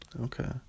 Okay